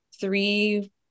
three